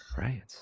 Right